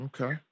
Okay